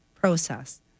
process